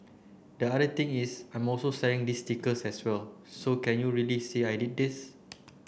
the other thing is I'm also selling these stickers as well so can you really say I did these